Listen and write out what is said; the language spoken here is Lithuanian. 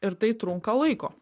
ir tai trunka laiko